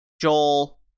Joel